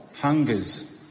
hungers